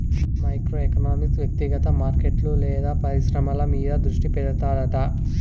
micro economics వ్యక్తిగత మార్కెట్లు లేదా పరిశ్రమల మీద దృష్టి పెడతాడట